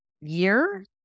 year